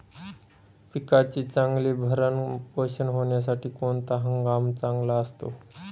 पिकाचे चांगले भरण पोषण होण्यासाठी कोणता हंगाम चांगला असतो?